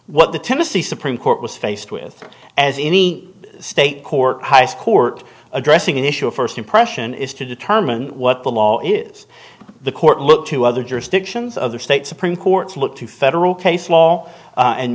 what the tennessee supreme court was faced with as any state court high score addressing an issue of first impression is to determine what the law is the court look to other jurisdictions other state supreme courts look to federal case law and